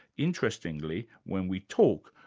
interestingly, when we talk,